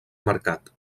mercat